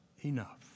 enough